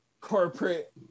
corporate